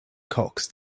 cocks